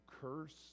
curse